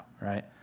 Right